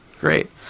Great